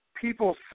people